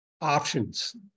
options